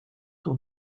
ton